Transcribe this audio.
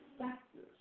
factors